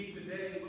today